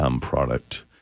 product